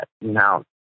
now